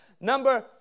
Number